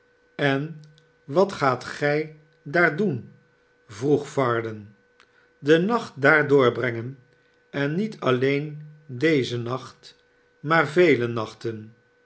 en wat gaat gij daar doen vroeg varden den nacht daar doorbrengen en niet alleen dezen nacht maar vele nachten